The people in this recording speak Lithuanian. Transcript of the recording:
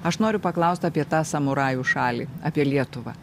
aš noriu paklaust apie tą samurajų šalį apie lietuvą